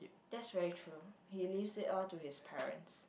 that's very true he leaves it all to his parents